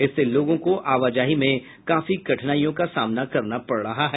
इससे लोगों को आवाजाही में काफी कठिनाई का सामना करना पड़ रहा है